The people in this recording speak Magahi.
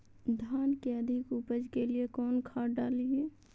धान के अधिक उपज के लिए कौन खाद डालिय?